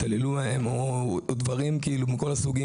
דברי.